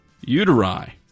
Uteri